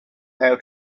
how